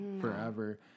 forever